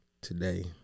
today